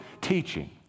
teaching